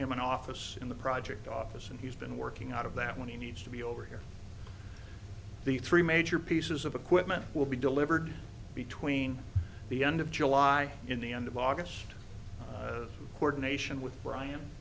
him an office in the project office and he's been working out of that when he needs to be over here the three major pieces of equipment will be delivered between the end of july in the end of august ordination with bryan